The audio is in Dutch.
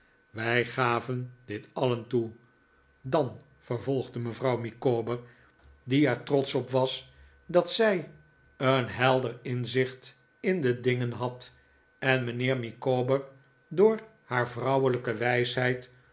wij gaven dit alien toe dan vervolgde mevrouw micawber die er trotsch op was dat zij een helder inzicht in de dingen had en mijnheer micawber door haar vrouwelijke wijsheid